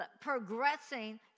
progressing